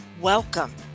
Welcome